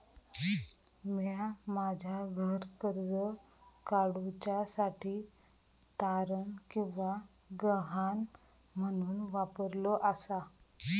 म्या माझा घर कर्ज काडुच्या साठी तारण किंवा गहाण म्हणून वापरलो आसा